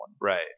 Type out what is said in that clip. Right